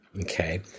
okay